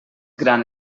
gran